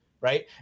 right